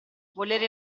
volere